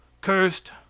Cursed